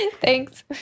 Thanks